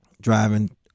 Driving